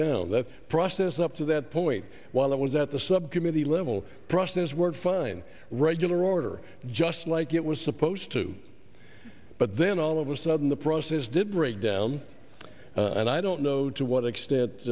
down that process up to that point while i was at the subcommittee level process work fine regular order just like it was supposed to but then all of a sudden the process did break down and i don't know to what extent